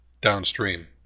downstream